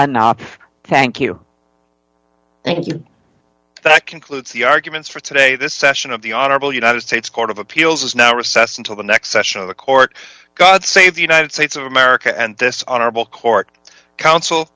you thank you that concludes the arguments for today this session of the honorable united states court of appeals is now recess until the next session of the court god save the united states of america and this honorable court coun